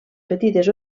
petites